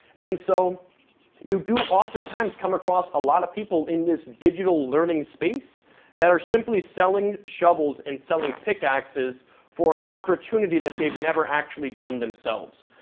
and so you do oftentimes come across a lot of people in this digital learning space that are simply selling shovels and selling pickaxes for an opportunity that they've never actually done themselves.